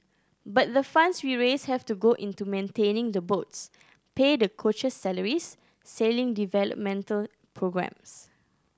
but the funds we raise have to go into maintaining the boats pay the coaches salaries sailing developmental programmes